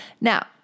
Now